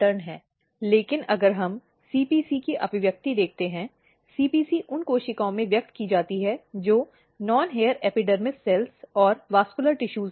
लेकिन अगर हम CPC की अभिव्यक्ति देखते हैं CPC उन कोशिकाओं में व्यक्त की जाती है जो नॉन हेयर एपिडर्मिस कोशिकाएं और संवहनी ऊतक हैं